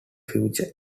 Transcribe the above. future